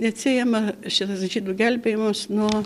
neatsiejama šitas žydų gelbėjimas nuo